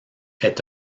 est